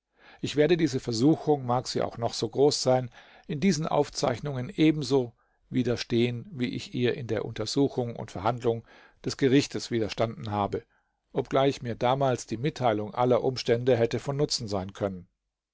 ich werde diese versuchung mag sie auch noch so groß sein in diesen aufzeichnungen ebenso widerstehen wie ich ihr in der untersuchung und verhandlung des gerichtes widerstanden habe obgleich mir damals die mitteilung aller umstände hätte von nutzen sein können